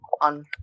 on